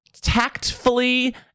tactfully